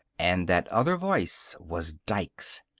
and that other voice was dike's.